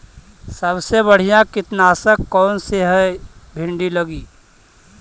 सबसे बढ़िया कित्नासक कौन है भिन्डी लगी?